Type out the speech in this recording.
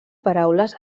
paraules